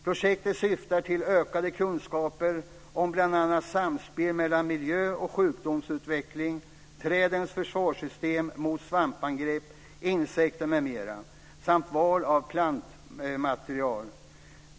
Projektet syftar till ökade kunskaper om bl.a. samspel mellan miljö och sjukdomsutveckling, trädens försvarssystem mot svampangrepp, insekter m.m. samt val av plantmaterial.